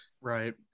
Right